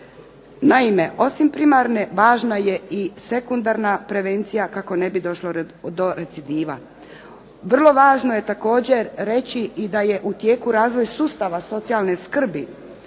Naime, osim primarne važna je i sekundarna prevencija kako ne bi došlo do recidiva. Vrlo važno je također reći i da je u tijeku razvoja sustava socijalne skrbi